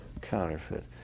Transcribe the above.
counterfeit